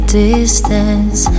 distance